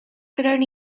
could